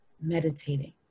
meditating